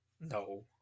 No